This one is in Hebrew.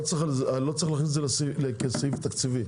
לא צריך להכניס את זה כסעיף תקציבי,